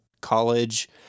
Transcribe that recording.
college